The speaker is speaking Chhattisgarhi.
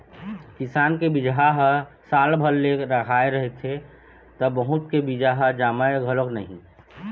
किसान के बिजहा ह साल भर ले रखाए रहिथे त बहुत के बीजा ह जामय घलोक नहि